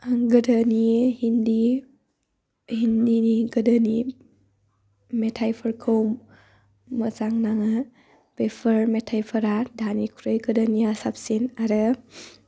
आं गोदोनि हिन्दिनि गोदोनि मेथाइफोरखौ मोजां नाङो बेफोर मेथाइफोरा दानिख्रुय गोदोनिया साबसिन आरो